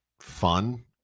fun